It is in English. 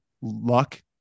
luck